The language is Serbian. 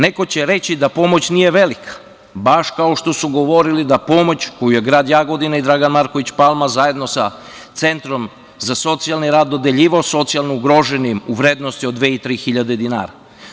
Neko će reći da pomoć nije velika, baš kao što su govorili da pomoć koju je grad Jagodina i Dragan Marković Palma zajedno sa Centrom za socijalni rad dodeljivao socijalno ugroženim u vrednosti od dve i tri hiljade dinara.